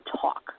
talk